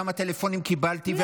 כמה טלפונים קיבלתי,